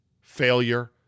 failure